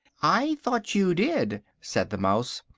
i thought you did, said the mouse,